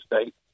State